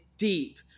deep